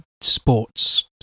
sports